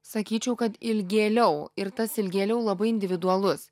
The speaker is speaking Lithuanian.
sakyčiau kad ilgėliau ir tas ilgėliau labai individualus